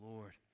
Lord